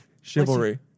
Chivalry